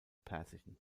persischen